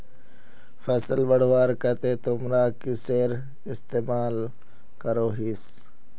फसल बढ़वार केते तुमरा किसेर इस्तेमाल करोहिस?